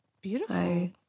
Beautiful